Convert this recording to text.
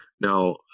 Now